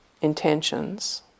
intentions